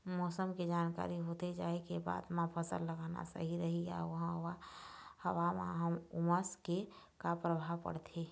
मौसम के जानकारी होथे जाए के बाद मा फसल लगाना सही रही अऊ हवा मा उमस के का परभाव पड़थे?